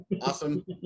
awesome